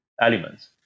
elements